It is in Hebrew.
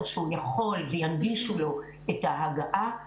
אם ל"שלבים" אין כרגע לימוד מקוון אז לנסות להוריד הנחייה.